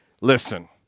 listen